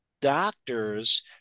doctors